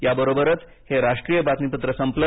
या बरोबरच हे राष्ट्रीय बातमीपत्र संपलं